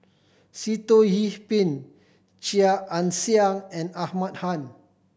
Sitoh Yih Pin Chia Ann Siang and Ahmad Khan